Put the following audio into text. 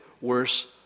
worse